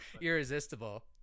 irresistible